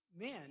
men